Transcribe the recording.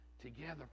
together